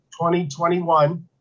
2021